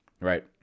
right